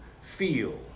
feel